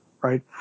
right